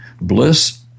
Bliss